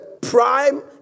prime